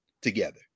together